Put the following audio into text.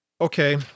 Okay